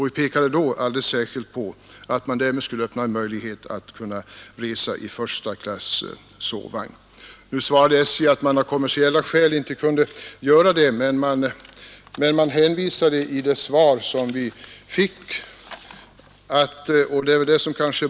Vi pekade då alldeles särskilt på att man därmed skulle öppna en möjlighet att kunna resa i första klass sovvagn. SJ svarade att man av kommersiella skäl inte kunde göra detta men man skrev följande i svaret — vilket bl.